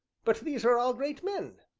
but these were all great men,